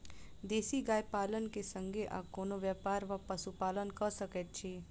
देसी गाय पालन केँ संगे आ कोनों व्यापार वा पशुपालन कऽ सकैत छी?